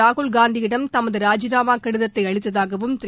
ராகுல் காந்தியிடம் தமது ராஜினாமா கடிதத்தை அளித்ததாகவும் திரு